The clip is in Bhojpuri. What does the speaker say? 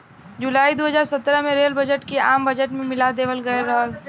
जुलाई दू हज़ार सत्रह में रेल बजट के आम बजट में मिला देवल गयल रहल